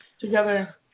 together